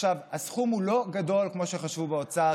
הסכום הוא לא גדול כמו שחשבו באוצר,